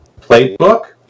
playbook